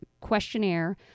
questionnaire